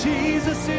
Jesus